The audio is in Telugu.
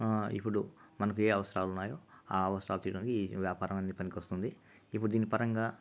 ఇప్పుడు మనకి ఏ అవసరాలు ఉన్నాయో ఆ అవసరాలు తీర్చుకోవడానికి ఈ వ్యాపారం అనేది పనికొస్తుంది ఇప్పుడు దీని పరంగా